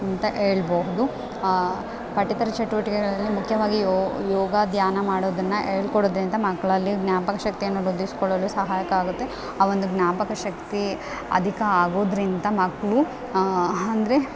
ಅಂತ ಹೇಳ್ಬಹುದು ಪಠ್ಯೇತರ ಚಟುವಟಿಕೆಗಳಲ್ಲಿ ಮುಖ್ಯವಾಗಿ ಯೋಗ ಧ್ಯಾನ ಮಾಡೋದನ್ನು ಹೇಳ್ಕೊಡೋದ್ರಿಂದ ಮಕ್ಕಳಲ್ಲಿ ಜ್ಞಾಪಕಶಕ್ತಿಯನ್ನು ವೃದ್ಧಿಸ್ಕೊಳ್ಳಲು ಸಹಾಯಕ ಆಗುತ್ತೆ ಆ ಒಂದು ಜ್ಞಾಪಕಶಕ್ತಿ ಅಧಿಕ ಆಗೋದರಿಂದ ಮಕ್ಕಳು ಅಂದ್ರೆ